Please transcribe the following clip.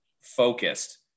focused